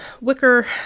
wicker